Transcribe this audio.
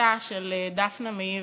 רציחתה של דפנה מאיר,